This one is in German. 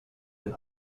den